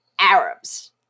Arabs